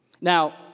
Now